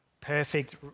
perfect